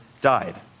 died